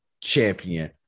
champion